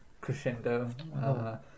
crescendo